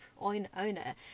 owner